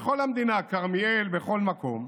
בכל המדינה, כרמיאל, בכל מקום.